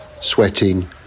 sweating